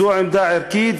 זאת עמדה ערכית,